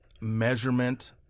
measurement